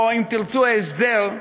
או אם תרצו הסדר,